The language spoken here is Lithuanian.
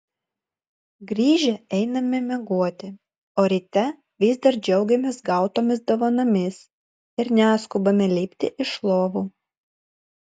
grįžę einame miegoti o ryte vis dar džiaugiamės gautomis dovanomis ir neskubame lipti iš lovų